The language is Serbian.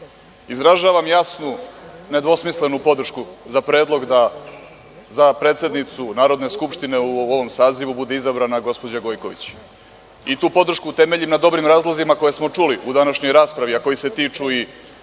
narodu. Izražavam jasnu nedvosmislenu podršku za predlog da za predsednicu Narodne skupštine u ovom sazivu bude izabrana gospođa Gojković, i tu podršku temeljim na dobrim razlozima koje smo čuli u današnjoj raspravi, a koji se tiču i